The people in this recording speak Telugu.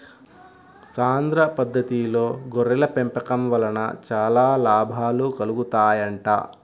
సాంద్ర పద్దతిలో గొర్రెల పెంపకం వలన చాలా లాభాలు కలుగుతాయంట